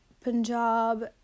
Punjab